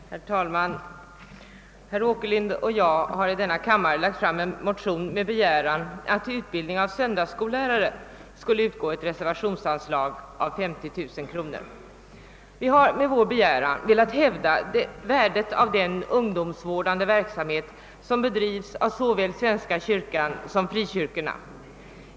Herr talman! Herr Åkerlind och jag har i denna kammare väckt en motion med begäran om att till utbildning av söndagsskollärare skulle utgå ett reservationsanslag på 50 000 kronor. Vi har med vår begäran velat hävda värdet av den ungdomsvårdande verksamhet som bedrivs av såväl svenska kyrkan som frikyrkorna.